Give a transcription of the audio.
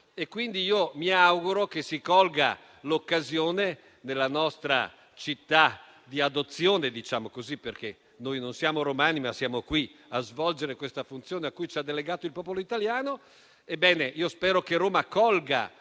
mi auguro che si colga una tale occasione per la nostra città di adozione - non siamo romani, ma siamo qui a svolgere una funzione a cui ci ha delegato il popolo italiano